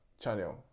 channel